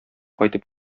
кайтып